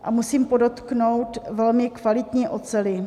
A musím podotknout, velmi kvalitní oceli.